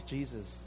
Jesus